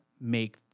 make